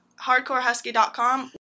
HardcoreHusky.com